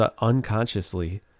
unconsciously